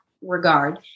regard